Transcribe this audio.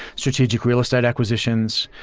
strategic real estate, acquisitions,